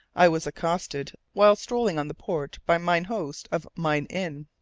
i was accosted while strolling on the port by mine host of mine inn.